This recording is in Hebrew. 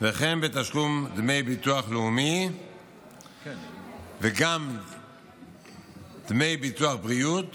ובתשלום דמי ביטוח לאומי וגם בדמי ביטוח בריאות